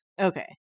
Okay